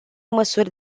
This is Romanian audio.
măsuri